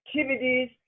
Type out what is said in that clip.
activities